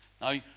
Now